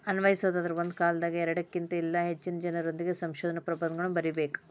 ಅನ್ವಯಿಸೊದಾದ್ರ ಒಂದ ಕಾಲದಾಗ ಎರಡಕ್ಕಿನ್ತ ಇಲ್ಲಾ ಹೆಚ್ಚಿನ ಜನರೊಂದಿಗೆ ಸಂಶೋಧನಾ ಪ್ರಬಂಧಗಳನ್ನ ಬರಿಬೇಕ್